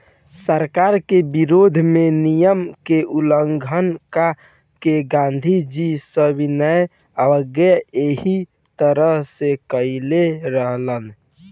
सरकार के विरोध में नियम के उल्लंघन क के गांधीजी सविनय अवज्ञा एही तरह से कईले रहलन